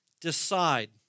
Decide